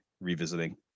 revisiting